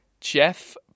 Jeff